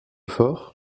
fort